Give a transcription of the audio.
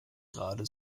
gerade